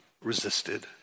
resisted